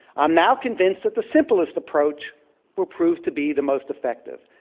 i'm now convinced that the simplest approach will prove to be the most effective.